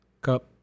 Cup